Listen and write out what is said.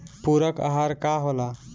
पुरक अहार का होला?